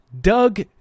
Doug